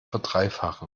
verdreifachen